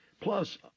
Plus